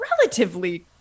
relatively